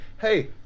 hey